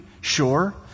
sure